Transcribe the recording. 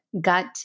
gut